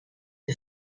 een